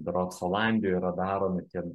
berods olandijoj yra daromi tie